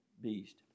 beast